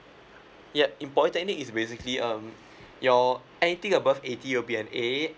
yup in polytechnic is basically um your anything above eighty will be an A